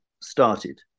started